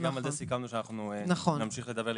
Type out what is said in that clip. גם זה סיכמנו שנמשיך לדון.